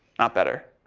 not better.